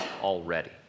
already